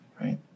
Right